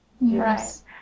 Yes